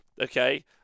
okay